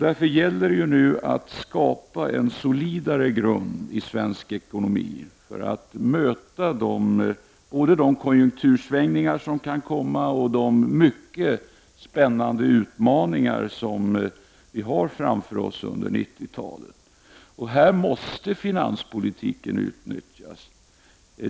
Därför gäller det nu att skapa en solidare grund i svensk ekonomi för att möta både de konjunktursvängningar som kan komma och de mycket spännande utmaningar som vi har framför oss under 90-talet. Här måste finanspolitiken utnyttjas.